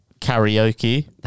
karaoke